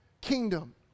kingdom